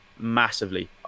massively